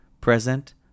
present